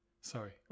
Sorry